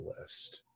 list